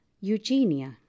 Eugenia